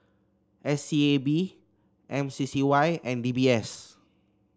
S E A B M C C Y and D B S